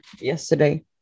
yesterday